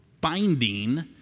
binding